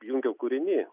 jungiau kūriny